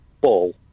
Ball